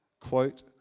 Quote